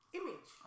image